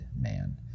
man